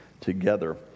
together